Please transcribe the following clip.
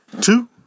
two